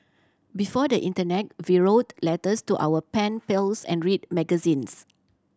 before the internet we wrote letters to our pen pals and read magazines